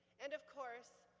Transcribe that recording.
and of course,